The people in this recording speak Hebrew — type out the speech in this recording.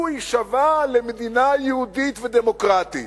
הוא יישבע למדינה יהודית ודמוקרטית.